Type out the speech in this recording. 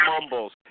mumbles